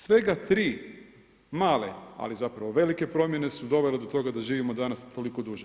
Svega tri male ali zapravo velike promjene su dovele do toga da živimo danas toliko duže.